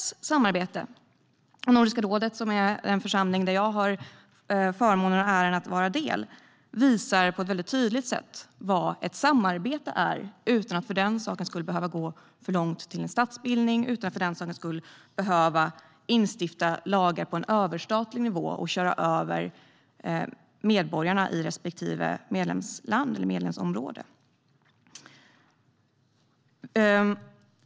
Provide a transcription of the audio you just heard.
Samarbetet i Nordiska rådet - som jag har förmånen och äran att vara del av - visar på ett tydligt sätt vad ett samarbete är utan att man för den sakens skull behöver gå för långt och hamna i statsbildning eller instifta lagar på en överstatlig nivå och köra över medborgarna i respektive medlemsland eller medlemsområde.